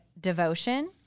devotion